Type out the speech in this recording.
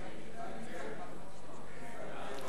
הורוביץ לא נתקבלה.